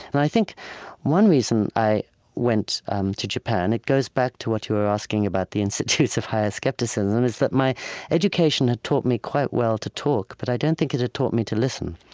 and i think one reason i went um to japan it goes back to what you were asking about the institutes of higher skepticism is that my education had taught me quite well to talk, but i don't think it had taught me to listen.